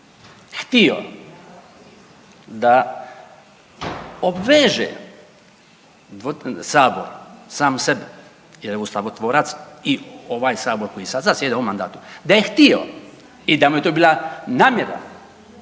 htio da obveže sabor, sam sebe jer je ustavotvorac i ovaj sabor koji sad zasjeda u ovom mandatu, da je htio i da mu je to bila namjera